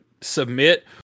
submit